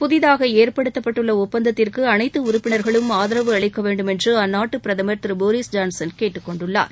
புதிதாக ஏற்படுத்தப்பட்டுள்ள ஒப்பந்தத்திற்கு அனைத்து உறப்பினர்களும் ஆதரவு அளிக்க வேண்டுமென்று அந்நாட்டு பிரதமர் திரு போரிஸ் ஜான்சன் கேட்டுக் கொண்டுள்ளார்